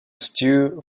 stew